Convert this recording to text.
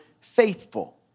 faithful